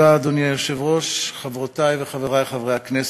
אדוני היושב-ראש, תודה, חברותי וחברי חברי הכנסת,